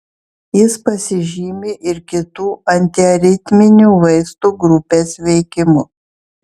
jis pasižymi ir kitų antiaritminių vaistų grupės veikimu